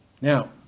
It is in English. now